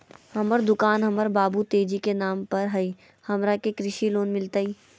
हमर दुकान हमर बाबु तेजी के नाम पर हई, हमरा के कृषि लोन मिलतई?